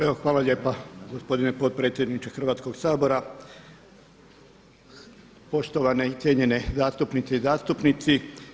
Evo hvala lijepa gospodine potpredsjedniče Hrvatskog sabora, poštovane i cijenjene zastupnice i zastupnici.